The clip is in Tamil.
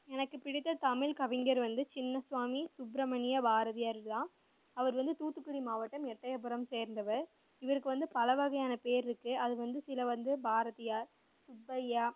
எனக்கு பிடித்த தமிழ் கவிஞர் வந்து சின்ன சுவாமி சுப்ரமணிய பாரதியார் தான் அவர் வந்து தூத்துக்குடி மாவட்டம் எட்டயாபுரம் சேர்ந்தவர் இவருக்கு வந்து பல வகையான பேர் இருக்கு அது வந்து சில வந்து பாரதியார் சுப்பையா